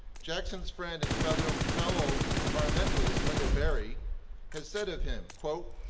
jackson's friend and fellow fellow environmentalist wendell berry has said of him, quote,